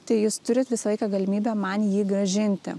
tai jūs turit visą laiką galimybę man jį grąžinti